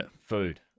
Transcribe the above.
food